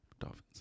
dolphins